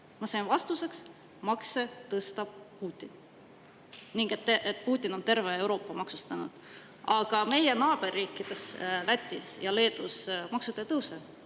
Ma sain vastuseks: makse tõstab Putin ning Putin on terve Euroopa maksustanud. Aga meie naaberriikides Lätis ja Leedus maksud ei tõuse